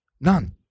none